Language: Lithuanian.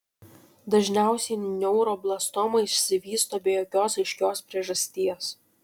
dažniausiai neuroblastoma išsivysto be jokios aiškios priežasties